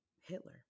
Hitler